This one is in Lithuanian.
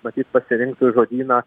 matyt pasirinktų žodyną